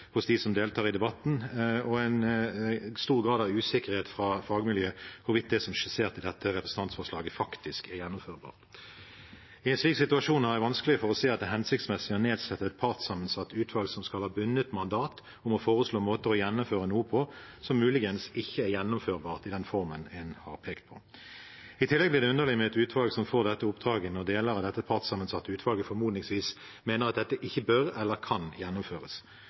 hos dem som deltar i debatten, og en stor grad av usikkerhet fra fagmiljøer om hvorvidt det som er skissert i dette representantforslaget, faktisk er gjennomførbart. I en slik situasjon har jeg vanskelig for å se at det er hensiktsmessig å nedsette et partssammensatt utvalg som skal ha et bundet mandat om å foreslå måter å gjennomføre noe på som muligens ikke er gjennomførbart i den formen en har pekt på. I tillegg blir det underlig med et utvalg som får dette oppdraget, når deler av dette partssammensatte utvalget formodentlig mener at dette ikke bør eller kan gjennomføres.